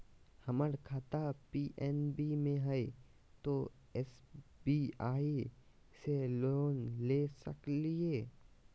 हमर खाता पी.एन.बी मे हय, तो एस.बी.आई से लोन ले सकलिए?